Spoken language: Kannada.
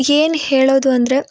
ಏನು ಹೇಳೋದು ಅಂದರೆ